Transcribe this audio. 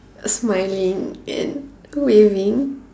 smiling and waving